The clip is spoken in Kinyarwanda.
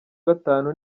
gatanu